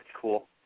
cool